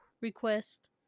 request